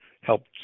helped